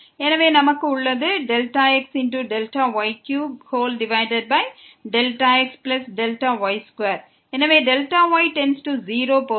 எனவே இது நம்மிடம் உள்ளது ΔxΔy3ΔxΔy2 எனவே Δy→0க்கு செல்லும் போது